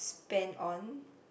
spend on